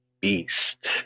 Beast